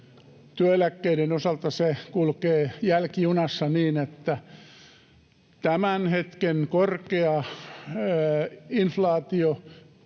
Työeläkkeiden osalta se kulkee jälkijunassa niin, että tämän hetken korkea inflaatio,